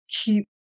Keep